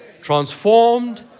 transformed